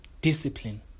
Discipline